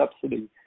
subsidy